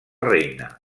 reina